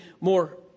more